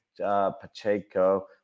Pacheco